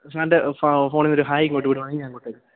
സാറിൻ്റെ ഫോണില് നിന്നൊരു ഹായ് ഇങ്ങോട്ട് വിടുകയാണെങ്കില് ഞാൻ അങ്ങോട്ടയയ്ക്കാം